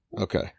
Okay